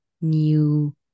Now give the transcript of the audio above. new